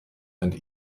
and